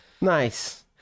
nice